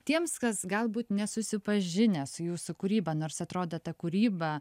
tiems kas galbūt nesusipažinę su jūsų kūryba nors atrodo ta kūryba